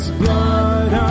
blood